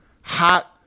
hot